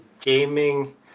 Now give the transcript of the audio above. gaming